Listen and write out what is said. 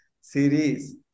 series